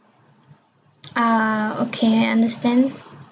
ah okay I understand